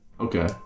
Okay